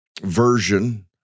version